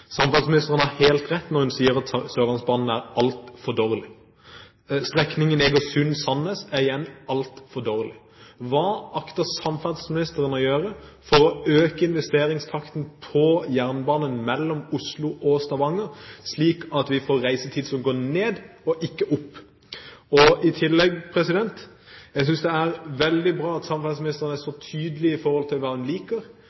Samferdselsministeren har helt rett når hun sier at Sørlandsbanen er altfor dårlig. Strekningen Egersund–Sandnes er altfor dårlig. Hva akter samferdselsministeren å gjøre for å øke investeringstakten på jernbanen mellom Oslo og Stavanger, slik at vi får en reisetid som går ned og ikke opp? I tillegg: Jeg synes det er veldig bra at samferdselsministeren er så tydelig når det gjelder hva hun liker